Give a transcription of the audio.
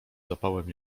zapałem